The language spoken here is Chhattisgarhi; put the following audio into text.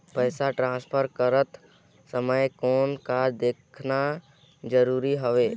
पइसा ट्रांसफर करत समय कौन का देखना ज़रूरी आहे?